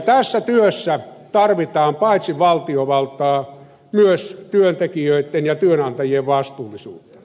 tässä työssä tarvitaan paitsi valtiovaltaa myös työntekijöiden ja työnantajien vastuullisuutta